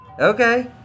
Okay